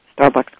Starbucks